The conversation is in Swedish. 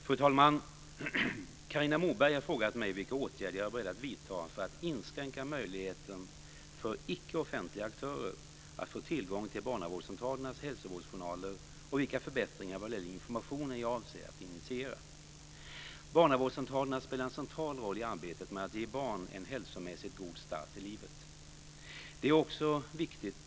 Fru talman! Carina Moberg har frågat mig vilka åtgärder jag är beredd att vidta för att inskränka möjligheten för icke offentliga aktörer att få tillgång till barnavårdscentralernas hälsovårdsjournaler och vilka förbättringar vad gäller informationen jag avser att initiera. Barnavårdscentralerna spelar en central roll i arbetet med att ge barn en hälsomässigt god start i livet.